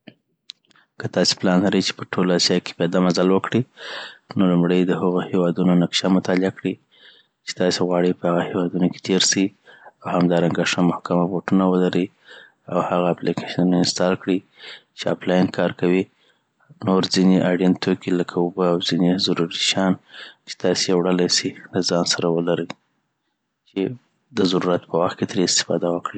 که تاسي پلان لری چي په ټوله اسیا کي پیاده مزل وکړی نو لومړي دهغو هیوادونو نقشه مطالعه کړي چي تاسي غواړی په هغه هیوادونه. کی تیر سي او همدارنګه ښه محکمه بوټونه ولري اوهغه اپلیکیشنونه انسټال کړي چي اپ لاین کار کوی نور ځیني اړین توکي لکه اوبه او ځینی ضروری شیان .چی تاسی یی وړلای سي دځان درسره ولري چی د ضرورت په وخت کی تری استفاده وکړی